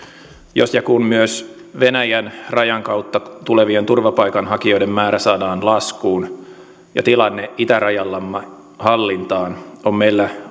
jos ja kun myös venäjän rajan kautta tulevien turvapaikanhakijoiden määrä saadaan laskuun ja tilanne itärajallamme hallintaan on meillä